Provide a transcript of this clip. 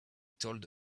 told